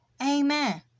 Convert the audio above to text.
Amen